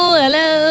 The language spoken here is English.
hello